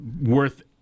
worth